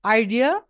idea